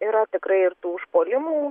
yra tikrai ir tų užpuolimų